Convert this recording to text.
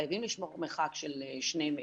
שחייבים לשמור מרחק של שני מטר,